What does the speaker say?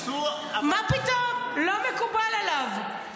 מה פתאום, לא מקובל עליו.